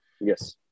yes